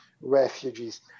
refugees